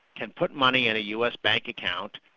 can put money in a us bank account,